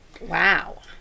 wow